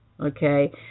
okay